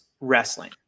wrestling